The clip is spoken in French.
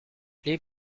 les